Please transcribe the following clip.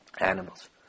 animals